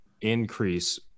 increase